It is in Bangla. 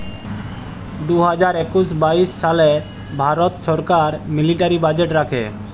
দু হাজার একুশ বাইশ সালে ভারত ছরকার মিলিটারি বাজেট রাখে